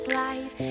life